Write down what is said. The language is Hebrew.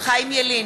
חיים ילין,